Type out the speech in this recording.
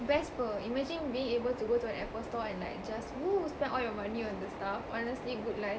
best apa imagine being able to go to an Apple store and like just !woo! spend all your money on the stuff honestly good life